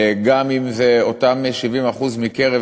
גם אם זה אותם 70% מקרב